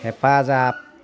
हेफाजाब